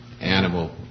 animal